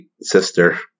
sister